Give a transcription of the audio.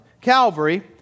Calvary